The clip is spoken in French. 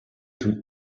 tout